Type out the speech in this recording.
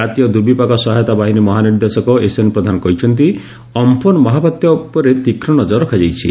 ଜାତୀୟ ଦୁର୍ବିପାକ ସହାୟତା ବାହିନୀ ମହାନିର୍ଦ୍ଦେଶକ ଏସ୍ଏନ୍ ପ୍ରଧାନ କହିଛନ୍ତି ଅମ୍ପନ୍ ମହାବାତ୍ୟା ଉପରେ ତୀକ୍ଷ୍ଣ ନଜର ରଖାଯାଇଛି